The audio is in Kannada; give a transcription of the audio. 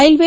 ರೈಲ್ವೆ